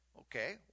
Okay